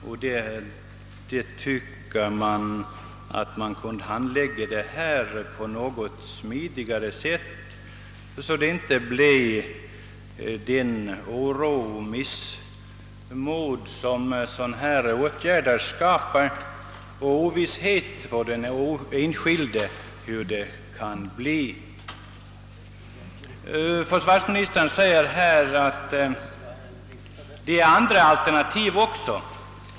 Jag tycker att denna fråga kunde ha handlagts med större hänsyn till den enskildes rätt så att man kunnat undvika den oro, den ovisshet och det missmod som åtgärder av detta slag skapar för den enskilde. Försvarsministern anför att det också finns andra alternativ.